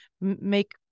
make